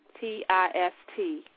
T-I-S-T